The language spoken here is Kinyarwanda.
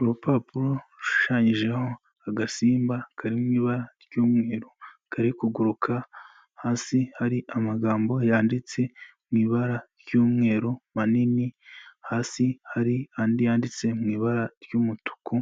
Urupapuro rushushanyijeho agasimba kari mu ibara ry'umweru, kari kuguruka, hasi hari amagambo yanditse mu ibara ry'umweru manini, hasi hari andi yanditse mu ibara ry'umutuku,